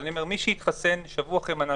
תעודת מתחסן זמינה שבוע לאחר המנה